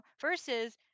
versus